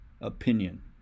opinion